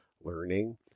learning